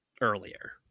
earlier